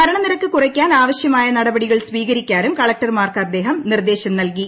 മരണ നിരക്ക് കുറയ്ക്കാൻ ആവശ്യമായ നടപടികൾ സ്വീകരിക്കാനും കളക്ടർമാർക്ക് അദ്ദേഹം നിർദേശം നൽകി